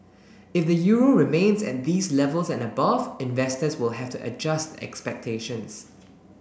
if the euro remains at these levels and above investors will have to adjust expectations